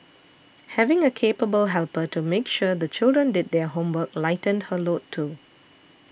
having a capable helper to make sure the children did their homework lightened her load too